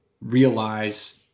realize